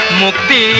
mukti